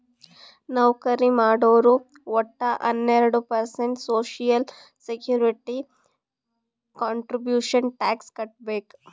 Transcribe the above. ನೌಕರಿ ಮಾಡೋರು ವಟ್ಟ ಹನ್ನೆರಡು percent social security contribution tax ಕಟ್ಬೇಕ್